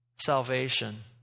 salvation